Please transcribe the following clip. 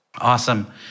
Awesome